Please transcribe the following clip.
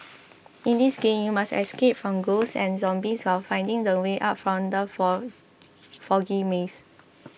in this game you must escape from ghosts and zombies while finding the way out from the for foggy maze